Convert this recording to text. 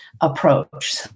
approach